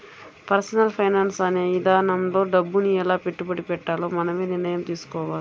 personal finance అనే ఇదానంలో డబ్బుని ఎలా పెట్టుబడి పెట్టాలో మనమే నిర్ణయం తీసుకోవాలి